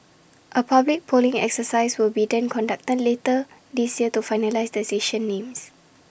A public polling exercise will be then conducted later this year to finalise the station names